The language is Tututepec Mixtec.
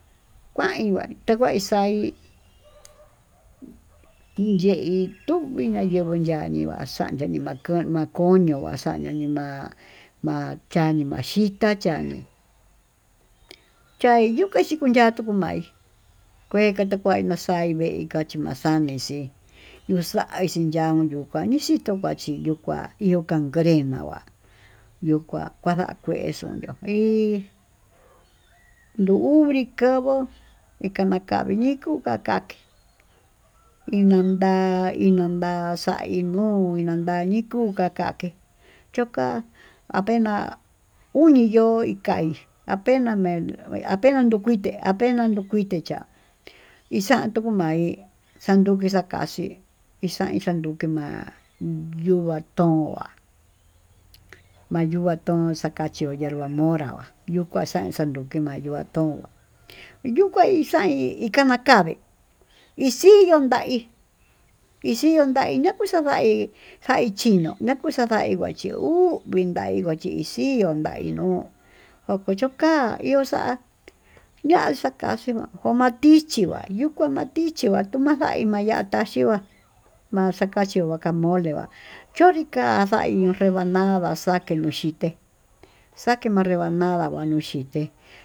Kuain va'í takuin xaínye'í tukii nayenguo yaní, yanii kua xanchi yenguá njona'á nakoño vaxañii nima'a ma xhiani maxhitá ya'á ñii cha yuká xinko ñatumaí kué kata kuai maxai vee, vee kachí maxani xhí uxa'a xii yuu kua'í nakuí xhituu kuaxhi yuu kuá iho cangrena va'á yuu kuá kadakuexa'a ño'iin ndubrika'a nduguu ika nakanii ñii kuka kake'e inlanda landa'a xaí nuu inanda nikuká akake yo'ó ka'á apena uni yo'ó ikaí apena me apena nuu kuité, apena no kuite cha'á ixanduu ma'í xanduke xakaxii ixain xanduki ma'a ndukuan ndo'o ma'á, mayukuatón takachí yo'ó hierva mora va'á yuu ka'a xan xandoke ma'í yuu kuan ton kuu kuaí xaí ika nakavee ixiñondaí ixiñondaí nakuexa ndaí hi njaí chinó nakuixa ndaí kuache uu vindai kuachi xió ndainuu oko choka'a, okoxa ña'a xakaxhí komatichí vaí yuu kuá matichí vaí kuamjái mayatá axhikuá ma'a xamachí guacamole va'á chonrí ka'á xai yuu revanadás kaxee nuu xhité xakee no'o revanada kua ñuu xhité.